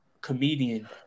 comedian